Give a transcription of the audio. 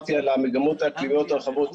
דיברתי על המגמות האקלימיות הרחבות.